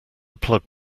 plug